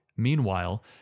Meanwhile